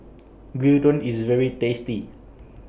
Gyudon IS very tasty